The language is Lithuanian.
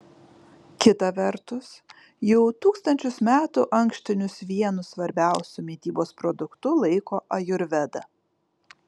kita vertus jau tūkstančius metų ankštinius vienu svarbiausiu mitybos produktu laiko ajurveda